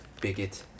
bigot